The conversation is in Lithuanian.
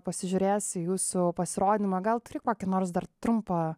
pasižiūrės į jūsų pasirodymą gal turi kokį nors dar trumpą